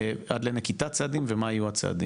עד לנקיטת צעדים ומה יהיו הצעדים.